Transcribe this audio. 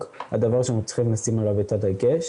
הדבר שאנחנו צריכים לשים עליו את הדגש,